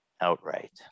outright